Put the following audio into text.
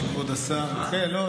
תודה רבה.